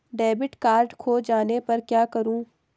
Debit card खो जाने पर क्या करूँ?